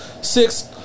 Six